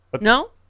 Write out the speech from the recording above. No